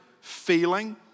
feeling